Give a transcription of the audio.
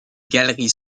galeries